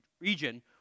region